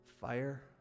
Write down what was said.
fire